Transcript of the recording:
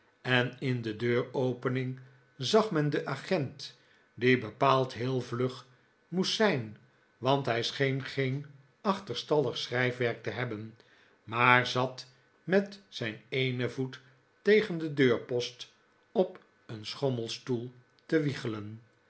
en in de deuropening zag men den agent die bepaald heel vlug moest zijn want hij scheen geen achterstallig schrijfwerk te hebben maar zat met zijn eenen voet tegen den deurpost op een schommelstoel te wiegelen